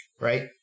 right